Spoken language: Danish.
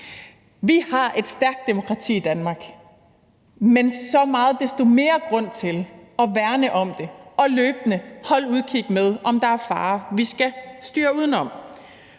Vi har et stærkt demokrati i Danmark, men så meget desto mere grund er der til at værne om det og løbende holde udkig med, om der er farer, vi skal styre uden om.